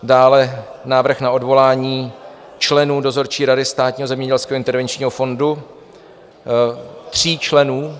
Dále je to Návrh na odvolání členů dozorčí rady Státního zemědělského a intervenčního fondu, tří členů.